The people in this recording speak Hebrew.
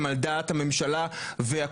הן על דעת הממשלה והקואליציה.